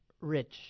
rich